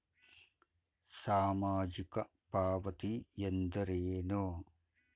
ಸಾಮಾಜಿಕ ಪಾವತಿ ಎಂದರೇನು?